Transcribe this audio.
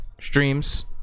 streams